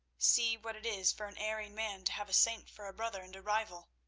see what it is for an erring man to have a saint for a brother and a rival!